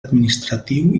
administratiu